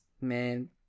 Man